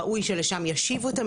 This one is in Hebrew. ראוי שלשם ישיבו את המכלים.